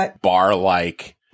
bar-like